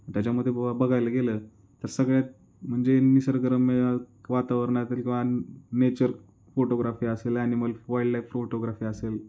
त्याच्यामध्ये ब बघायला गेलं तर सगळ्यात म्हणजे निसर्गरम्य वातावरणातील किंवा नेचर फोटोग्राफी असेल ॲनिमल वाईल्डलाइफ फोटोग्राफी असेल